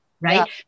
right